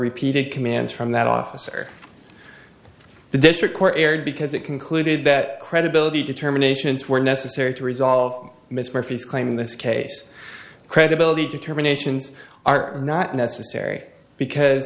repeated commands from that officer the district court erred because it concluded that credibility determinations were necessary to resolve miss murphy's claim in this case credibility determinations are not necessary because